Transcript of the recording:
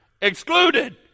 excluded